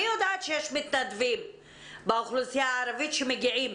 אני יודעת שיש מתנדבים באוכלוסייה הערבית שמגיעים